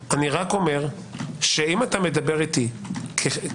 אני ממש לא נכנס לקרבות פוליטיים.